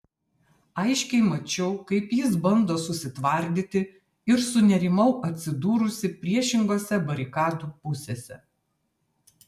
aiškiai mačiau kaip jis bando susitvardyti ir sunerimau atsidūrusi priešingose barikadų pusėse